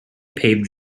paved